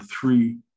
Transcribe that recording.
three